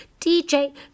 dj